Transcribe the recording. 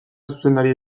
zuzendaria